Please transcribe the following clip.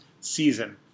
season